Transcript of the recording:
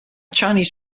chinese